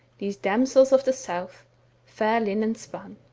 these damsels of the south fair linen spun.